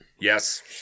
Yes